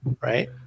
right